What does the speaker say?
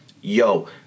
yo